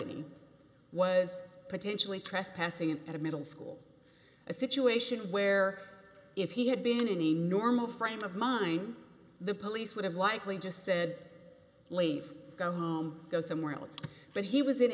any was potentially trespassing and at a middle school a situation where if he had been any normal friend of mine the police would have likely just said leave go home go somewhere else but he was in